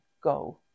go